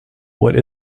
what